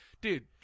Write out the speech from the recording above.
Dude